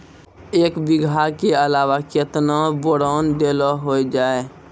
एक बीघा के अलावा केतना बोरान देलो हो जाए?